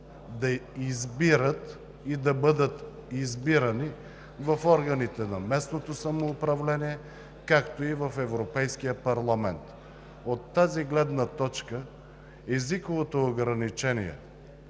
да избират и да бъдат избирани в органите на местното самоуправление, както и в Европейския парламент“. От тази гледна точка трябва да отпадне